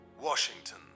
Washington